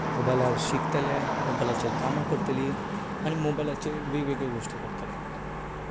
मोबायलार शिकतले मोबायलाचेर कामां करतलीं आनी मोबायलाचेर वेगळ्योवेगळ्यो गोश्ठी करतले